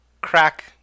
crack